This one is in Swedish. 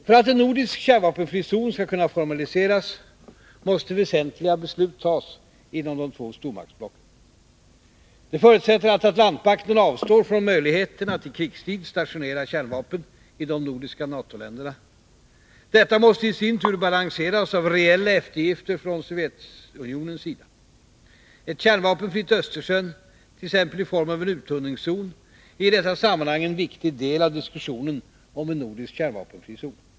För att en nordisk kärnvapenfri zon skall kunna formaliseras, måste väsentliga beslut tas inom de två stormaktsblocken. Det förutsätter att Atlantpakten avstår från möjligheten att i krigstid stationera kärnvapen i de nordiska NATO-länderna. Detta måste i sin tur balanseras av reella eftergifter från Sovjetunionens sida. Ett kärnvapenfritt Östersjön, t.ex. i form av en uttunningszon, är i detta sammanhang en viktig del av diskussionen om en nordisk kärnvapenfri zon.